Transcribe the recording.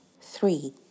Three